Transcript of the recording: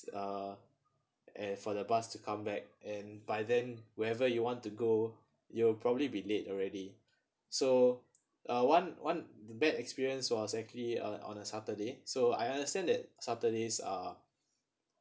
uh eh for the bus to come back and by then wherever you want to go you will probably be late already so uh one one bad experience was actually uh on a saturday so I understand that saturdays are